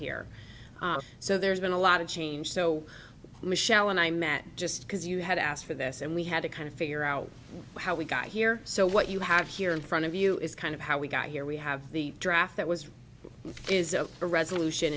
here so there's been a lot of change so michelle and i met just because you had asked for this and we had to kind of figure out how we got here so what you have here in front of you is kind of how we got here we have the draft that was is the resolution